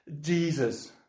Jesus